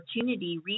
opportunity